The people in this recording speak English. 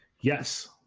Yes